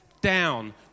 down